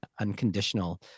unconditional